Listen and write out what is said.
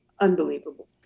Unbelievable